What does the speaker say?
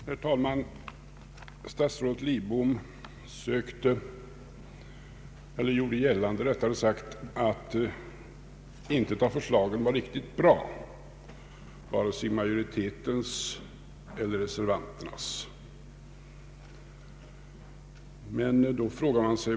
Herr talman! Statsrådet Lidbom gjorde gällande att intet av förslagen var riktigt bra, varken majoritetens eller reservanternas.